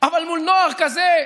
אבל מול נוער כזה,